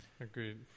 Agreed